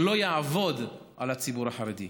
שלא יעבוד על הציבור החרדי.